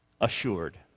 assured